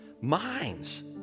minds